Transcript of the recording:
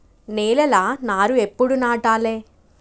నేలలా నారు ఎప్పుడు నాటాలె?